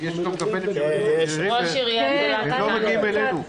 הם לא מגיעים אלינו.